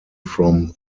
from